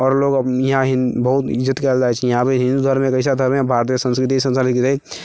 आओर लोक यहाँ बहुत इज्जत कयल जाइत छै यहाँपर हिन्दू धर्म एक ऐसा धर्म हइ भारतीय सभ्यता आओर संस्कृतिके लिए